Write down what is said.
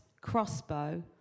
crossbow